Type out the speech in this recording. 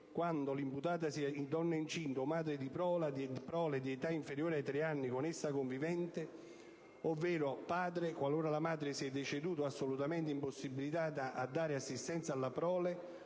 quando l'imputata sia donna incinta o madre di prole di età inferiore ai tre anni con essa convivente (ovvero padre, qualora la madre sia deceduta o assolutamente impossibilitata a dare assistenza alla prole)